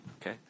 okay